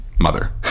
mother